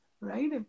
right